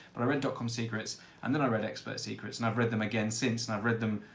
but i read dotcom secrets and then i read expert secrets and i've read them again since and i've read them